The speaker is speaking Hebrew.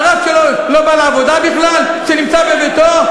על רב שלא בא לעבודה בכלל, שנמצא בביתו?